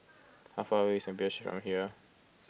how far away is from here